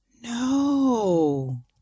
No